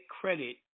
credit